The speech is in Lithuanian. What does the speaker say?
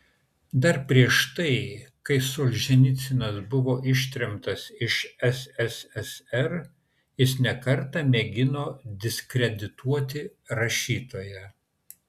dar prieš tai kai solženicynas buvo ištremtas iš sssr jis ne kartą mėgino diskredituoti rašytoją